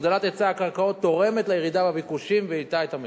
הגדלת היצע הקרקעות תורמת לירידה בביקושים ואתה במחירים.